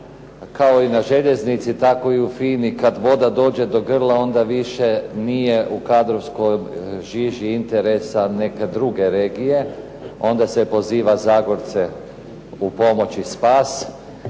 kao i na željeznici tako i u FINA-i kada voda dođe do grla onda više nije u kadrovskoj žiži interesa neke druge regije, onda se poziva zagorce u pomoć i